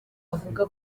avuga